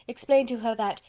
explained to her that,